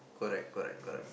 correct correct correct